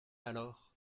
alors